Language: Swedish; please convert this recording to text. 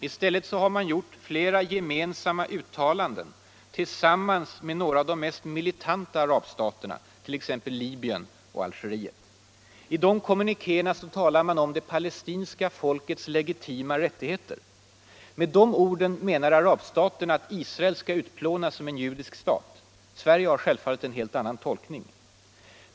I stället har man gjort en rad gemensamma uttalanden tillsammans med några av de mest militanta arabstaterna, t.ex. Libyen och Algeriet. I de kommunikéerna talas det om ”det palestinska folkets legitima rättigheter”. Med de orden menar arabstaterna att Israel skall utplånas som judisk stat; Sverige har självfallet en helt annan tolkning.